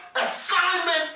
assignment